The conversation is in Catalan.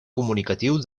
comunicatiu